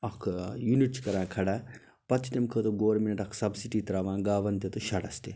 اکھ ٲں یوٗنٹ چھِ کران کھڑا پَتہٕ چھِ تَمہِ خٲطرٕ گورمیٚنٛٹ اکھ سبسِڈی ترٛاوان گاوَن تہِ تہٕ شیٚڈَس تہِ